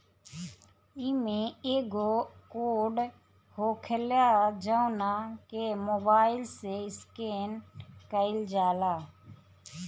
इमें एगो कोड होखेला जवना के मोबाईल से स्केन कईल जाला